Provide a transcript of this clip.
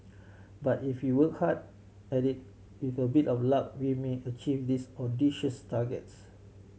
but if we work hard at it with a bit of luck we may achieve these audacious targets